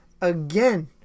again